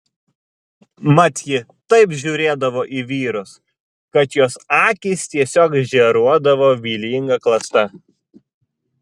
mat ji taip žiūrėdavo į vyrus kad jos akys tiesiog žėruodavo vylinga klasta